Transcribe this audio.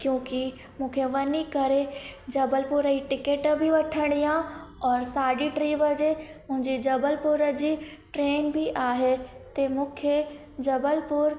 कयोकी मूंखे वञी करे जबलपुर जी टिकट बि वठणी आहे और साढे टे वजे मुंहिंजी जबलपुर जी ट्रेन बि आहे ते मूंखे जबलपुर